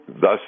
thus